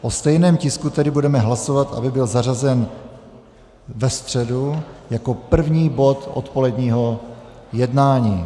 O stejném tisku tedy budeme hlasovat, aby byl zařazen ve středu 28. 6. jako první bod odpoledního jednání.